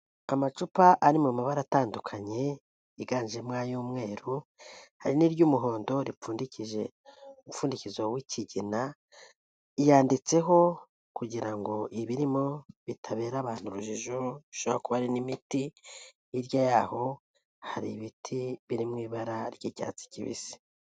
Amacupa ari mu mabara atandukanye yiganjemo ay'umweru, harimo iry'umuhondo ripfundiki umupfundikizo w'ikigina, yanditseho kugira ngo ibirimo bitabera abantu urujijo bishobora kuba hari n'imiti, hirya yaho hari ibiti biri mu ibara ry'icyatsi kibisi.